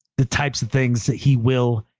the types of things that he will,